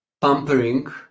pampering